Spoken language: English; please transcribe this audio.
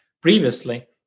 previously